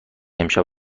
امشب